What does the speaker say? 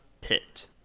pit